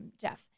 Jeff